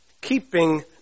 keeping